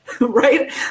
right